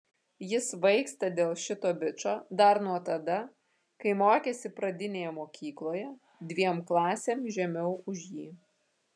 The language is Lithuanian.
ji svaigsta dėl šito bičo dar nuo tada kai mokėsi pradinėje mokykloje dviem klasėm žemiau už jį